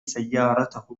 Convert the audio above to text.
سيارته